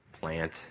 plant